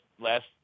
last